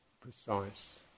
precise